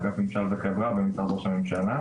אגף ממשל וחברה במשרד ראש הממשלה.